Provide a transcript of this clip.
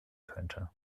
könnte